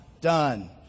done